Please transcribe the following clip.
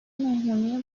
مهمونی